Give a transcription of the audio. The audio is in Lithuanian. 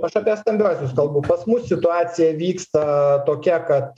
aš apie stambiuosius kalbu pas mus situacija vyksta tokia kad